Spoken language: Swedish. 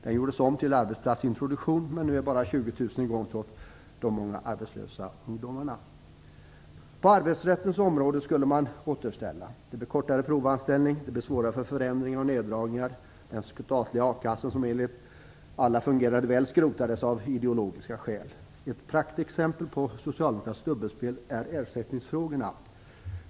Den gjordes om till en arbetsplatsintroduktion, men nu är bara 20 000 personer berörda, trots de många arbetslösa ungdomarna. På arbetsrättens område skulle man återställa. Provanställningen blev kortare, och det blev svårare att genomföra förändringar och neddragningar. Den statliga a-kassan, som enligt alla fungerade väl, skrotades av ideologiska skäl. Ett praktexempel på socialdemokratiskt dubbelspel är ersättningsfrågorna.